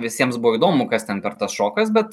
visiems buvo įdomu kas ten per tas šokas bet